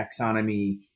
taxonomy